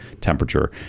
temperature